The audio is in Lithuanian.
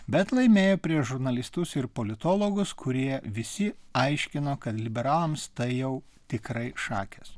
bet laimėjo prieš žurnalistus ir politologas kurie visi aiškino kad liberalams tai jau tikrai šakės